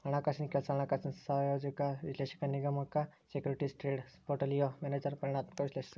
ಹಣಕಾಸಿನ್ ಕೆಲ್ಸ ಹಣಕಾಸಿನ ಯೋಜಕ ವಿಶ್ಲೇಷಕ ವಿಮಾಗಣಕ ಸೆಕ್ಯೂರಿಟೇಸ್ ಟ್ರೇಡರ್ ಪೋರ್ಟ್ಪೋಲಿಯೋ ಮ್ಯಾನೇಜರ್ ಪರಿಮಾಣಾತ್ಮಕ ವಿಶ್ಲೇಷಕ